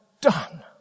done